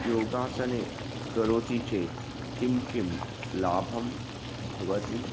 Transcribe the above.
योगासनं करोति चेत् कः कः लाभः भवति